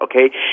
okay